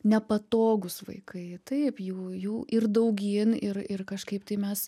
nepatogūs vaikai taip jų jų ir daugyn ir ir kažkaip tai mes